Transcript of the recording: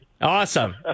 Awesome